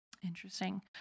Interesting